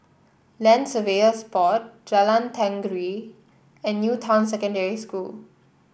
Land Surveyors Board Jalan Tenggiri and New Town Secondary School